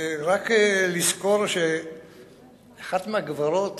רק לזכור שאחת מהגברות